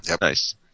Nice